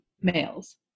males